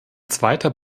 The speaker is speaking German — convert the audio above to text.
zweiter